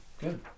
good